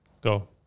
Go